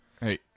Hey